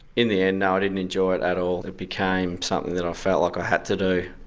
in the end no, i didn't enjoy it at all, it became something that i felt like i had to do,